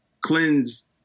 cleanse